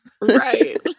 Right